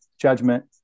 judgment